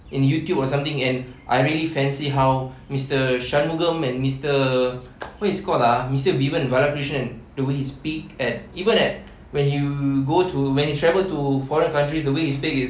in YouTube or something and I really fancy how mister shanmugam and mister what it's called ah mister vivian balakrishnan the way he speak at even at when you go to when you travel to foreign countries the way he speaks is